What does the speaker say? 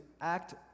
act